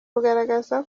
bugaragaza